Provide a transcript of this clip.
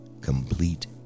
complete